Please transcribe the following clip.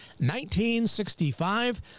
1965